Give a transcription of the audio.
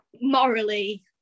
morally